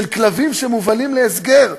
של כלבים שמובלים להסגר.